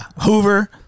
Hoover